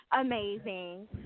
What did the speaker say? amazing